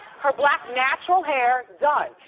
her black natural hair done.